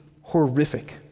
horrific